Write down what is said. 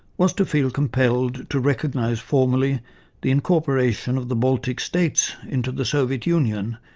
was to feel compelled to recognise formally the incorporation of the baltic states into the soviet union,